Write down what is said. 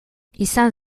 izan